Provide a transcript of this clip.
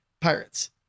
pirates